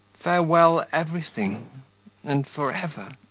farewell, everything and for ever!